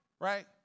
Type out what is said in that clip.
Right